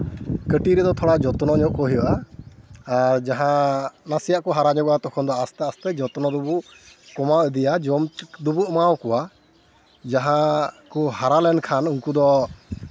ᱠᱟᱹᱴᱤᱡ ᱨᱮᱫᱚ ᱛᱷᱚᱲᱟ ᱡᱚᱛᱱᱚ ᱧᱚᱜ ᱠᱚ ᱦᱩᱭᱩᱜᱼᱟ ᱟᱨ ᱡᱟᱦᱟᱸ ᱱᱟᱥᱮᱭᱟᱜ ᱠᱚ ᱦᱟᱨᱟ ᱧᱚᱜᱚᱜᱼᱟ ᱛᱚᱠᱷᱚᱱ ᱫᱚ ᱟᱥᱛᱮ ᱟᱥᱛᱮ ᱡᱚᱛᱱᱚ ᱵᱟᱵᱚ ᱠᱚᱢᱟᱣ ᱤᱫᱤᱭᱟ ᱡᱚᱢ ᱫᱚᱵᱚ ᱮᱢᱟᱣᱟᱠᱚᱣᱟ ᱡᱟᱦᱟᱸ ᱠᱚ ᱦᱟᱨᱟ ᱞᱮᱱᱠᱷᱟᱱ ᱩᱱᱠᱩ ᱫᱚ